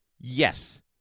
Yes